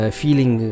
feeling